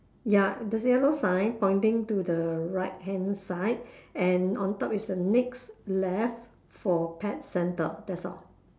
ya there's a yellow sign pointing to the right hand side and on top is a next left for pet centre that's all